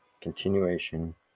Continuation